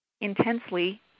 intensely